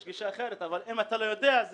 יש גישה אחרת אבל אם אתה לא יודע,